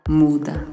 muda